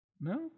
No